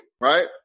right